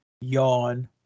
yawn